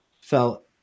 felt